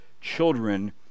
children